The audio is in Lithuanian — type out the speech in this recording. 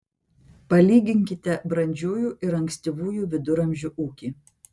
palyginkite brandžiųjų ir ankstyvųjų viduramžių ūkį